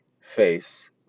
face